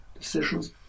decisions